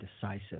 decisive